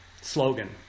slogan